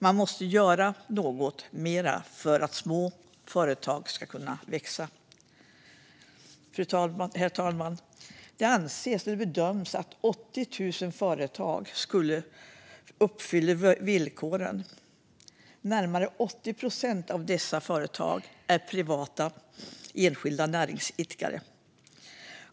Man måste göra mer för att små företag ska kunna växa. Herr talman! Det bedöms att 80 000 företag uppfyller villkoren. Närmare 80 procent av dessa företag är privata, enskilda näringsidkare.